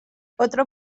otra